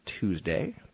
Tuesday